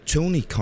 Tony